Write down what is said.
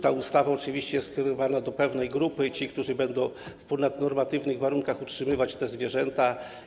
Ta ustawa oczywiście jest skierowana do pewnej grupy, tych, którzy będą w ponadnormatywnych warunkach utrzymywać zwierzęta.